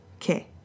Okay